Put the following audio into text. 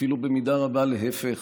אפילו במידה רבה להפך,